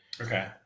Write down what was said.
Okay